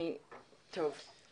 טוב.